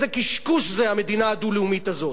איזה קשקוש זה, המדינה הדו-לאומית הזאת?